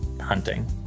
hunting